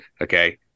Okay